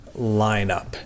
lineup